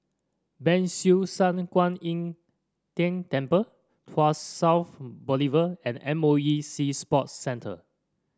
Ban Siew San Kuan Im Tng Temple Tuas South Boulevard and M O E Sea Sports Centre